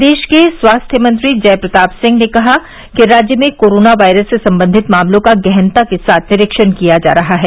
प्रदेश के स्वास्थ्य मंत्री जय प्रताप सिंह ने कहा कि राज्य में कोरोना वायरस से संबंधित सभी मामलों का गहनता के साथ निरीक्षण किया जा रहा है